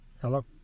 Hello